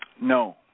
No